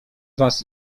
was